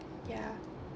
ya